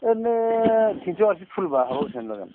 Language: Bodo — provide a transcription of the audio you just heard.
ओरैनो थिनस' आसि फुल बा हाबआव बेसेबां लागोन